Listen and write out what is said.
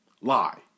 Lie